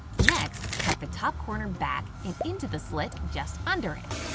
next, tuck the top corner back and into the slit just under it!